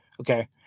Okay